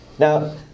Now